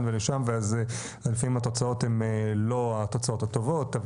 ולשם ואז לפעמים התוצאות הן לא התוצאות הטובות.